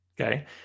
Okay